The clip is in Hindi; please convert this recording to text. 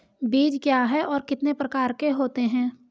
बीज क्या है और कितने प्रकार के होते हैं?